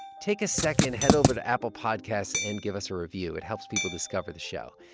take a second, head over to apple podcasts and give us a review. it helps people discover the show.